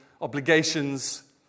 obligations